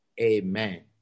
Amen